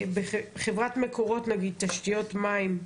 גם נגיד תשתיות מים,